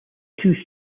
two